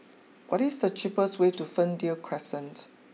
what is the cheapest way to Fernvale Crescent